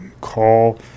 call